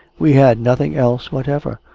we had nothing else whatever,